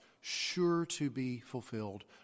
sure-to-be-fulfilled